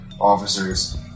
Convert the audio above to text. officers